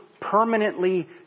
permanently